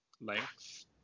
length